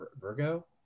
virgo